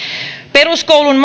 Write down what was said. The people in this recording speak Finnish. peruskoulun